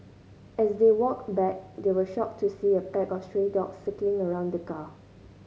as they walked back they were shocked to see a pack of stray dogs circling around the car